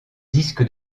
disque